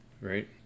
Right